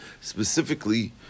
specifically